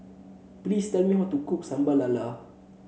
please tell me how to cook Sambal Lala